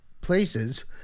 places